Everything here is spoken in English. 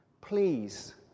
Please